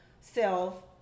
self